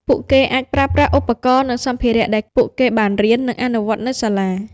ពួកគេអាចប្រើប្រាស់ឧបករណ៍ និងសម្ភារៈដែលពួកគេបានរៀន និងអនុវត្តនៅសាលា។